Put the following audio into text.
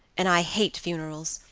and i hate funerals.